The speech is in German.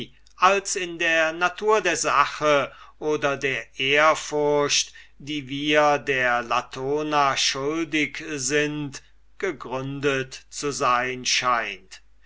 als in der natur der sache oder der ehrfurcht die wir der latona schuldig sind gegründet zu sein scheint